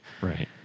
Right